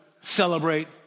celebrate